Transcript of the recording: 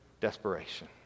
desperation